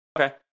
Okay